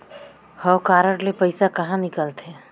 हव कारड ले पइसा कहा निकलथे?